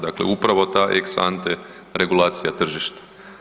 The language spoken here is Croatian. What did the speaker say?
Dakle, upravo taj ex ante regulacija tržišta.